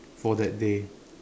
for that day